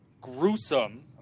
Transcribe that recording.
gruesome